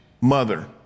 mother